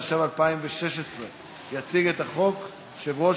התשע"ו 2016. יציג את החוק יושב-ראש